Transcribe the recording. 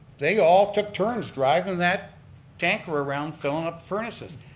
they all took turns drivin' that tanker around fillin' up furnaces.